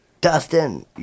Dustin